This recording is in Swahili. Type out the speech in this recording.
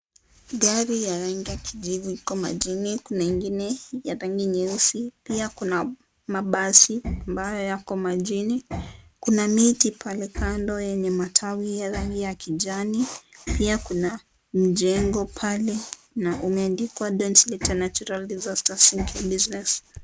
Gari ya rangi ya kijivu liko majini. Kuna lingine ya rangi nyeusi. Pia kuna mabasi ambayo yako majini. Kuna miti pale kando yenye matawi ya rangi ya kijani. Pia kuna mjengo pale na umeandikwa density and natural disaster, save your business .